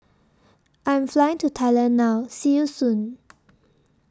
I'm Flying to Thailand now See YOU Soon